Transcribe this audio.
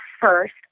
first